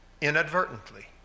inadvertently